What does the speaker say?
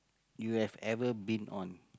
you have ever been on